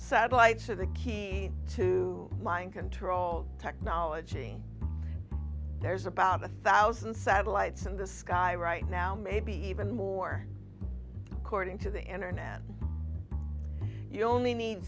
satellites are the key to mind control technology there's about a thousand satellites in the sky right now maybe even more according to the internet you only need